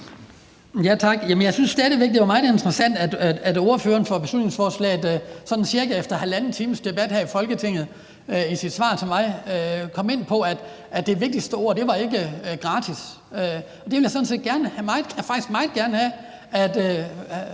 Tak. Jeg synes stadig væk, det var meget interessant, at ordføreren for forslagsstillerne sådan cirka efter 1½ times debat her i Folketinget i sit svar til mig kom ind på, at det vigtigste ord ikke var gratis. Det vil jeg faktisk meget gerne have at